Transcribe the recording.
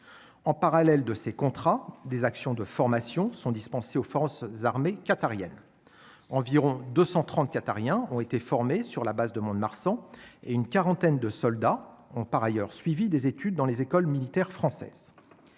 en parallèle de ces contrats, des actions de formations sont dispensées aux forces armées qatarienne environ 230 qatariens ont été formés sur la base de Mont-de-Marsan et une quarantaine de soldats ont par ailleurs suivi des études dans les écoles militaires françaises,